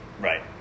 right